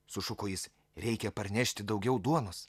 sušuko jis reikia parnešti daugiau duonos